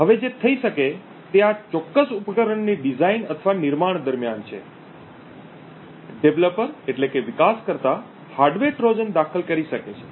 હવે જે થઈ શકે તે આ ચોક્કસ ઉપકરણની ડિઝાઇન અથવા નિર્માણ દરમિયાન છે વિકાસકર્તા હાર્ડવેર ટ્રોજન દાખલ કરી શકે છે